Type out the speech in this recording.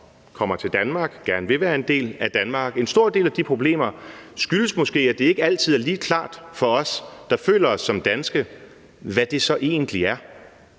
kommer til Danmark og gerne vil være en del af Danmark, måske skyldes, at det ikke altid er lige klart for os, der føler os som danske, hvad det egentlig er.